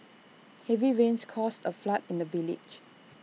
heavy rains caused A flood in the village